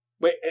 Wait